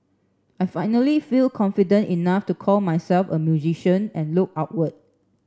I finally feel confident enough to call myself a musician and look outward